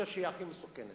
חושב שהיא הכי מסוכנת,